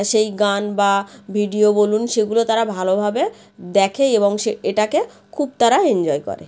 সেই গান বা ভিডিও বলুন সেগুলো তারা ভালোভাবে দেখে এবং সে এটাকে খুব তারা এনজয় করে